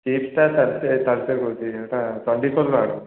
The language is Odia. ଚିପ୍ସ୍ଟା ସାଢ଼େ ଚାରି ସାଢ଼େ ଚାରି କହୁଛି ଚବିଶ ଶହ ଟଙ୍କା